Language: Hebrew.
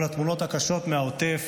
כל התמונות הקשות מהעוטף,